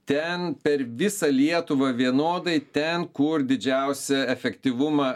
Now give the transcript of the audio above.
ten per visą lietuvą vienodai ten kur didžiausią efektyvumą